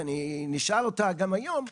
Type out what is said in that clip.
ונשאל אותה גם היום,